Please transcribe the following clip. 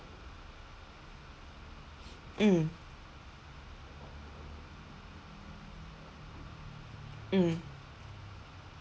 mm mm